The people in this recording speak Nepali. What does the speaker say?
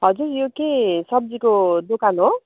हजुर यो के सब्जीको दोकान हो